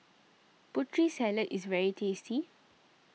Putri Salad is very tasty